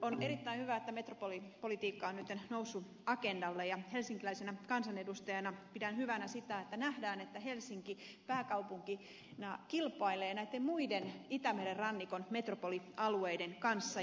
on erittäin hyvä että metropolipolitiikka on nyt noussut agendalle ja helsinkiläisenä kansanedustajana pidän hyvänä sitä että nähdään että helsinki pääkaupunkina kilpailee näitten muiden itämeren rannikon metropolialueiden kanssa